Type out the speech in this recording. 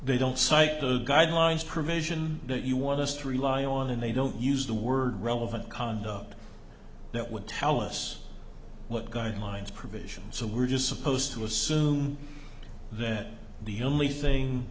they don't cite the guidelines provision that you want us to rely on and they don't use the word relevant conduct that would tell us what guidelines provisions so we're just supposed to assume that the only thing